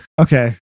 Okay